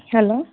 hello